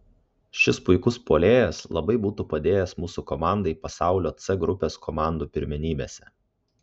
šis puikus puolėjas labai būtų padėjęs mūsų komandai pasaulio c grupės komandų pirmenybėse